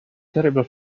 terrible